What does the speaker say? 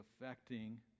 affecting